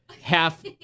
half